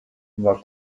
war